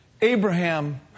Abraham